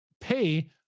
pay